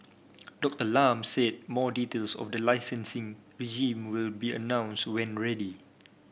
Doctor Lam said more details of the licensing regime will be announced when ready